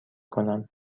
کنم